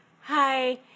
Hi